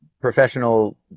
professional